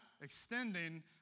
extending